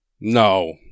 No